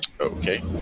Okay